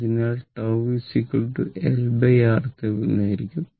അതിനാൽ τLRThevenin ആയിരിക്കും